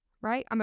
right